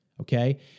Okay